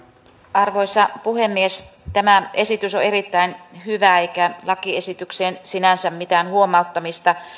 arvoisa puhemies tämä esitys on erittäin hyvä eikä lakiesitykseen sinänsä mitään huomauttamista